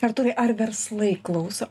artūrai ar verslai klauso